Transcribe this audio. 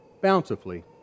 bountifully